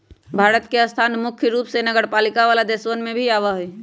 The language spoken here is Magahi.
भारत के स्थान मुख्य रूप से नगरपालिका वाला देशवन में ही आवा हई